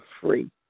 free